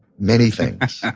many things.